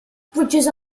bridges